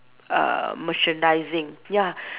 uh merchandising ya